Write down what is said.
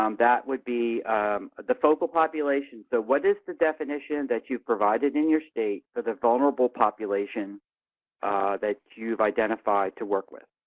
um that would be the focal population, so what is the definition that you provided in your state for the vulnerable population that you have identified to work with?